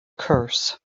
curse